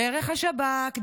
דרך השב"כ,